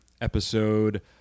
episode